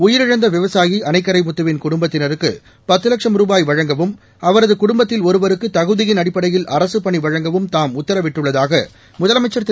உயிரிழந்த விவசாயி அணைக்கரை முத்துவின் குடும்பத்தினருக்கு அவரது குடும்பத்தில் ஒருவருக்கு தகுதியின் அடிப்படையில் அரசுப் பணி வழங்கவும் தாம் உத்தரவிட்டுள்ளதாக முதலமைச்சர் திரு